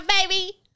baby